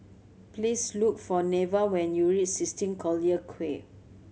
please look for Neva when you reach sixteen Collyer Quay